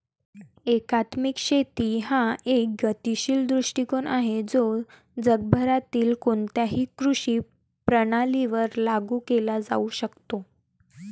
एकात्मिक शेती हा एक गतिशील दृष्टीकोन आहे जो जगभरातील कोणत्याही कृषी प्रणालीवर लागू केला जाऊ शकतो